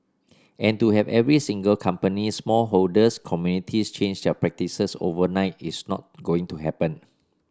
and to have every single company small holders communities change their practices overnight is not going to happen